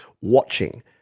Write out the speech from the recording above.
watching